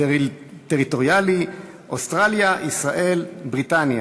טריטוריאלי, אוסטרליה, ישראל ובריטניה.